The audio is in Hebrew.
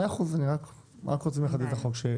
בסדר מאה אחוז, אני רק רוצה לחדד את החוק.